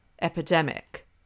epidemic